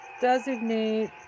Designate